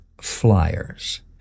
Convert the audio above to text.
flyers